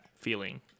feeling